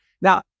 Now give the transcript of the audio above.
Now